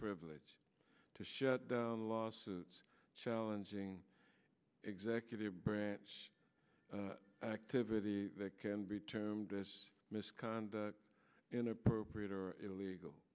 privilege to shut down lawsuits challenging executive branch activity that can be termed as misconduct inappropriate or illegal